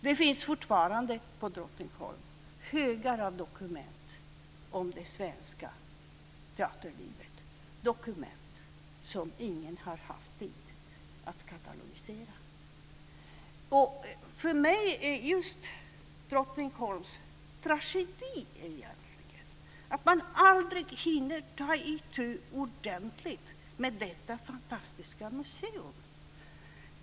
Det finns fortfarande på Drottningholm högar av dokument om det svenska teaterlivet som ingen har haft tid att katalogisera. För mig är Drottningholms tragedi att man aldrig hinner ta itu ordentligt med detta fantastiska museum.